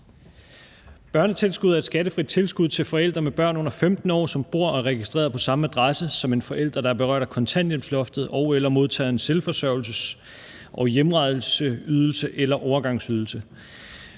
Børnetilskud er et skattefrit tilskud til forældre med børn under 15 år, som bor og er registreret på samme adresse som en forælder, der er berørt af kontanthjælpsloftet og/eller modtager en selvforsørgelses- og hjemrejseydelse eller overgangsydelse.